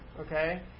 okay